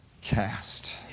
cast